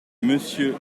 monsieur